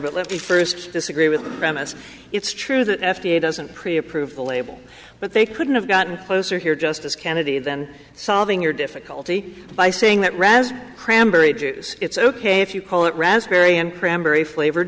but let me first disagree with the premise it's true that f d a doesn't create approval label but they couldn't have gotten closer here justice kennedy then solving your difficulty by saying that raz cranberry juice it's ok if you call it raspberry ancram berry flavored